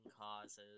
causes